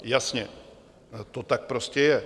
Jasně, to tak prostě je.